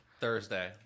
Thursday